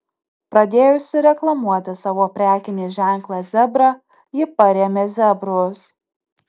pradėjusi reklamuoti savo prekinį ženklą zebra ji parėmė zebrus